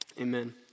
Amen